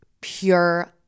pure